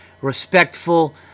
respectful